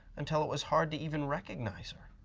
until it was hard to even recognize her.